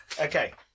Okay